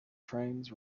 trains